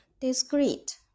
Discreet